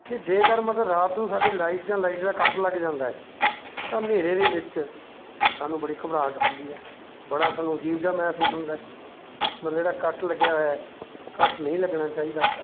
ਕਿ ਜੇਕਰ ਮਤਲਬ ਰਾਤ ਨੂੰ ਸਾਡੀ ਲਾਈਟ ਜਾਂ ਲਾਈਟ ਦਾ ਕੱਟ ਲੱਗ ਜਾਂਦਾ ਹੈ ਤਾਂ ਨ੍ਹੇਰੇ ਦੇ ਵਿੱਚ ਸਾਨੂੰ ਬੜੀ ਘਬਰਾਹਟ ਹੁੰਦੀ ਹੈ ਬੜਾ ਸਾਨੂੰ ਅਜੀਬ ਜਿਹਾ ਮਹਿਸੂਸ ਹੁੰਦਾ ਹੈ ਮਤਲਬ ਜਿਹੜਾ ਕੱਟ ਲੱਗਿਆ ਹੋਇਆ ਹੈ ਕੱਟ ਨਹੀਂ ਲੱਗਣਾ ਚਾਹੀਦਾ